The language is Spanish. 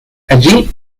allí